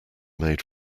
made